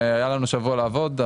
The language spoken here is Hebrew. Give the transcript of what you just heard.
היה לנו שבוע לעבוד,